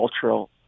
cultural